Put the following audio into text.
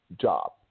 job